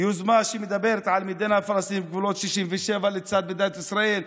יוזמה שמדברת על מדינה פלסטינית בגבולות 1967 לצד מדינת ישראל,